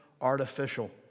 artificial